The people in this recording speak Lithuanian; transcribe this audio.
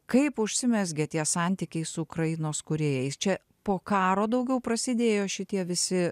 kaip užsimezgė tie santykiai su ukrainos kūrėjais čia po karo daugiau prasidėjo šitie visi